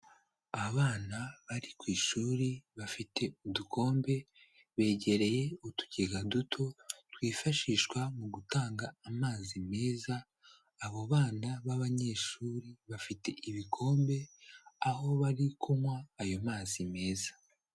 Abana bari ku ishuri bafite udukombe begereye utugega duto twifashishwa mu gutanga amazi meza, abo bana b'abanyeshuri, bafite ibikombe aho bari kunywa ayo mazi meza.